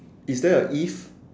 is there a if